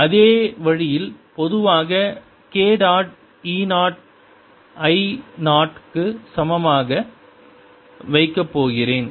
அதே வழியில் பொதுவாக நான் k டாட் e 0 ஐ 0 க்கு சமமாக வைக்க போகிறேன்